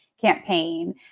campaign